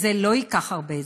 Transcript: זה לא ייקח הרבה זמן,